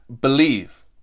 believe